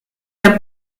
der